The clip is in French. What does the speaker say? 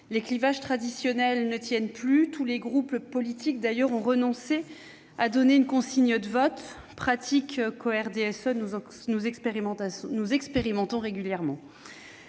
les clivages traditionnels ne tiennent plus. Tous les groupes politiques ont d'ailleurs renoncé à donner une consigne de vote, pratique que le groupe du RDSE expérimente régulièrement.